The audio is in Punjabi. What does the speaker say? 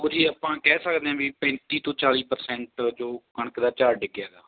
ਉਹ ਜੀ ਆਪਾਂ ਕਹਿ ਸਕਦੇ ਹਾਂ ਵੀ ਪੈਂਤੀ ਤੋਂ ਚਾਲ੍ਹੀ ਪਰਸੈਂਟ ਜੋ ਕਣਕ ਦਾ ਝਾੜ ਡਿੱਗਆ ਗਾ